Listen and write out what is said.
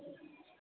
हूँ